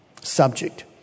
subject